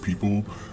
people